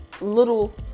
little